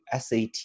sat